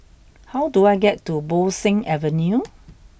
how do I get to Bo Seng Avenue